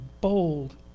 bold